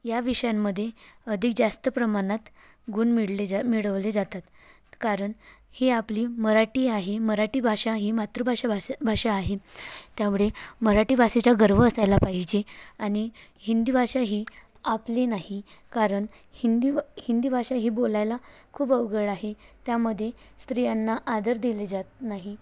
या विषयांमध्ये अधिक जास्त प्रमाणात गुण मिळले ज मिळवले जातात कारण ही आपली मराठी आहे मराठी भाषा ही मातृभाषा भाष भाषा आहे त्यामुळे मराठी भाषेचा गर्व असायला पाहिजे आणि हिंदी भाषा ही आपली नाही कारण हिंदी हिंदी भाषा ही बोलायला खूप अवघड आहे त्यामध्ये स्त्रियांना आदर दिले जात नाही